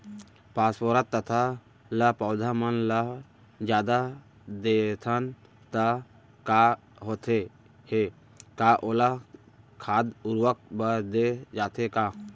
Phosphorus तथा ल पौधा मन ल जादा देथन त का होथे हे, का ओला खाद उर्वरक बर दे जाथे का?